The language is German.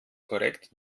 korrekt